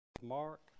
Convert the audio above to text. mark